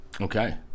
Okay